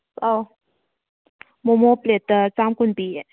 ꯑꯧ ꯃꯣꯃꯣ ꯄ꯭ꯂꯦꯠꯇ ꯆꯥꯝꯃꯀꯨꯟ ꯄꯤꯌꯦ